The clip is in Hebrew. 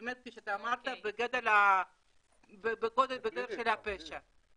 כפי שאמרת, בגדר של פשע.